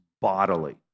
bodily